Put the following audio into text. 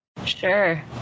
Sure